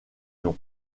nom